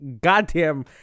goddamn